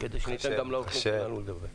כדי שניתן גם לאורחים שלנו לדבר.